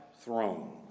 throne